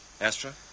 Astra